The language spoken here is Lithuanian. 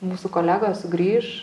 mūsų kolegos sugrįš